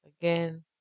again